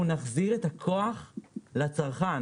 אנחנו נחזיר את הכוח לצרכן.